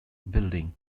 building